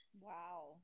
Wow